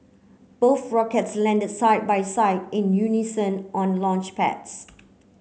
both rockets landed side by side in unison on launchpads